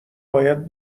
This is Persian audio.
باید